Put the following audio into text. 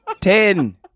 Ten